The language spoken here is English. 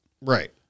Right